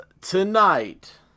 tonight